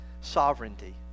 sovereignty